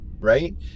Right